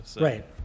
Right